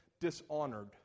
dishonored